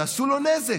תעשו לו נזק,